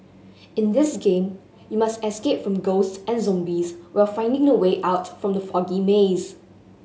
in this game you must escape from ghost and zombies while finding the way out from the foggy maze